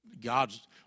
God's